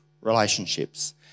relationships